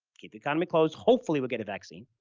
keep the economy close, hopefully we'll get a vaccine.